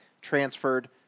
transferred